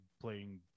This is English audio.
playing